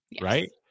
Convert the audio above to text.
right